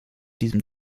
diesem